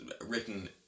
written